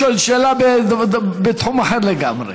כבודו שואל שאלה בתחום אחר לגמרי.